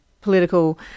political